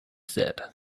said